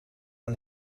een